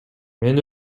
мен